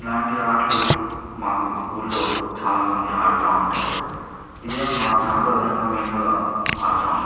ఇలాంటి ఆటలు మాకు ఊర్లో చాలామంది ఆడుతా ఉంటారు ఇదే మా సాంప్రదాయంగా మేము కూడా ఆడతా ఉంటాం